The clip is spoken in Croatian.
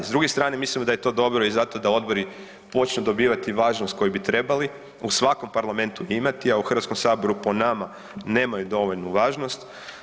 S druge strane mislimo da je to dobro i zato da odbori počnu dobivati važnost koju bi trebali u svakom parlamentu imati, a u HS, po nama, nemaju dovoljnu važnost.